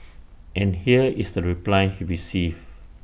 and here is the reply he received